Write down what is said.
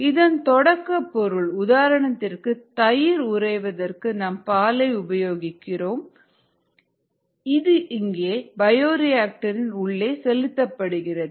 இதன் தொடக்க பொருள் உதாரணத்திற்கு தயிர் உறைவதற்கு நாம் பாலை உபயோகிக்கிறோம் அது இங்கே பயோரியாக்டர் இன் உள்ளே செலுத்தப்படுகிறது